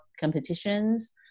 competitions